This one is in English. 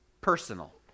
personal